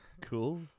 cool